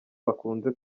bakunze